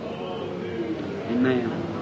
Amen